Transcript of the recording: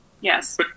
Yes